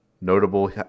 notable